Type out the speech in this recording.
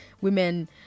Women